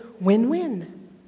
win-win